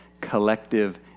collective